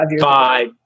Five